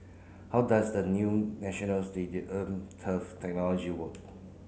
how does the new National Stadium turf technology work